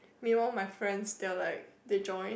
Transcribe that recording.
meanwhile my friends they were like they join